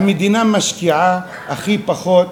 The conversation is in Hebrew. המדינה משקיעה הכי פחות